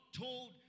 told